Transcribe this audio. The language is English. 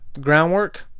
groundwork